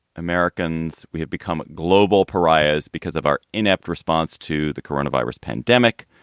americans, we have become global pariahs because of our inept response to the coronavirus pandemic.